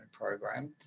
Program